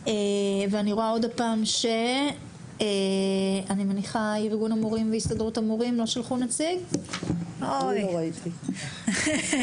אני מניחה שארגון המורים והסתדרות המורים לא שלחו נציג לוועדת החינוך.